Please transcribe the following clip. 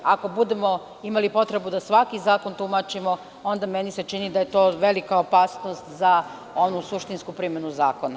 Ako budemo imali potrebu da svaki zakon tumačimo, onda se meni čini da je to velika opasnost za onu suštinsku primenu zakona.